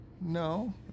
No